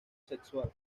sexual